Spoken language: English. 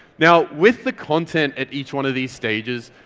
now with the content at each one of these stages,